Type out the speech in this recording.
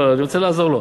לא, אני רוצה לעזור לו.